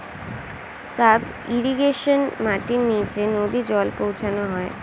sub irrigation মাটির নিচে নদী জল পৌঁছানো হয়